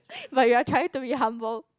but you're trying to be humble